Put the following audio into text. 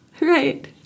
Right